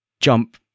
jump